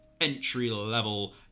entry-level